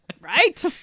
Right